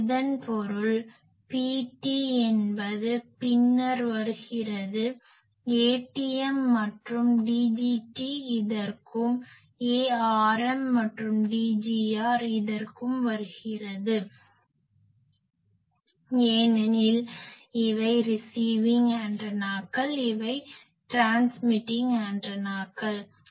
இதன் பொருள் Pt என்பது பின்னர் வருகிறது Atm மற்றும் Dgt இதற்கும் Arm மற்றும் Dgr இதற்கும் வருகிறது ஏனெனில் இவை ரிசிவிங் ஆண்டனாக்கள் இவை ட்ரான்ஸ்மிட்டிங் ஆண்டனாக்கள் ஆகும்